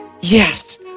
Yes